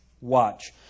Watch